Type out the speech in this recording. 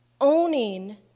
owning